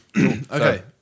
Okay